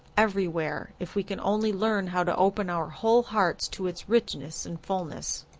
everywhere. if we can only learn how to open our whole hearts to its richness and fulness.